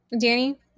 Danny